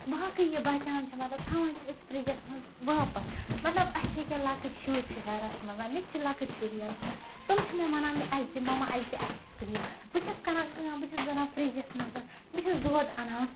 باقٕے یہِ بَچان چھُ مطلب تھاوان چھِ أسۍ فرجَس منٛز واپَس مطلب اَسہِ چھِ ییٚکیاہ لۄکٕٹۍ شُر چھِ گرَس منٛز مےٚ چھِ لۄکٕٹۍ شُر گَرس منٛز تِم چھِ مےٚ وَنان اَسہِ دِ مَما اَسہِ دِ اَیِس کریٖم بہٕ چھَس کران کٲم بہٕ چھَس بَران فرجَس منٛز بہٕ چھَس دۄد اَنان